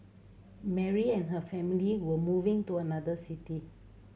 Mary and her family were moving to another city